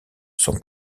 sont